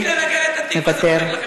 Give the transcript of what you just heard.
מוותר,